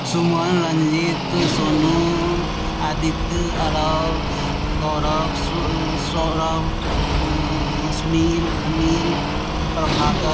सुमन रंजीत सोनू आदित्य आरव गौरव स सौरव सुनील अनील प्रभाकर